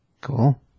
Cool